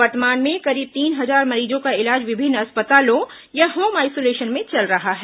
वर्तमान में करीब तीन हजार मरीजों का इलाज विभिन्न अस्पतालों या होम आइसोलेशन में चल रहा है